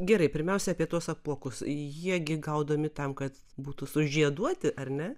gerai pirmiausia apie tuos apuokus jie gi gaudomi tam kad būtų sužieduoti ar ne